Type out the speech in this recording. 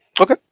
okay